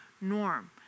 norm